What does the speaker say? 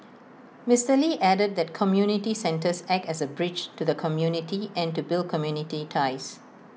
Mister lee added that community centers act as A bridge to the community and to build community ties